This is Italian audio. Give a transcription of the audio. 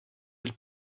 del